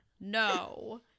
no